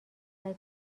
سعی